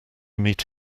meet